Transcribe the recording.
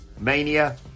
Mania